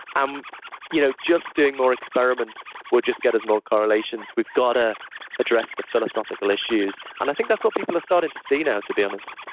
um you know just doing more experiments, will just get as more correlations. we've got to address the philosophical issues. and i think that's what people are starting to see now to be honest.